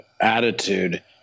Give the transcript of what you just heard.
attitude